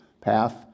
path